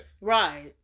Right